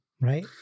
Right